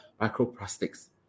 microplastics